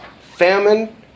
famine